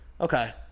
Okay